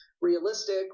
realistic